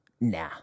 Nah